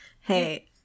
Hey